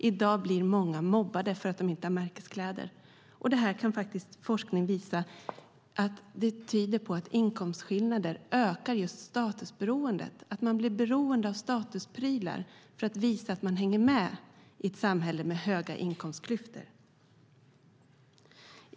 I dag blir många mobbade för att de inte har märkeskläder. Det tyder på, visar forskning, att inkomstskillnaderna ökar statusberoendet. Man blir alltså beroende av statusprylar för att kunna visa att man hänger med i ett samhälle med stora inkomstklyftor.